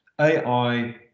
AI